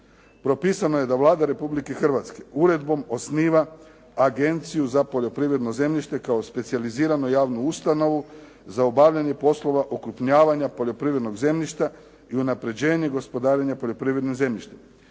Propisano je da Vlada Republike Hrvatske uredbom osniva Agenciju za poljoprivredno zemljište kao specijaliziranu javnu ustanovu za obavljanje poslova okrupnjavanja poljoprivrednog zemljišta i unapređenje gospodarenja poljoprivrednog zemljišta.